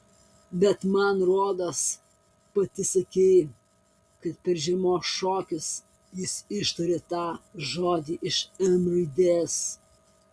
bet man rodos pati sakei kad per žiemos šokius jis ištarė tą žodį iš m raidės